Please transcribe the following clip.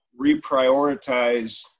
reprioritize